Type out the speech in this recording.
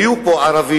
היו פה ערבים,